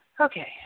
Okay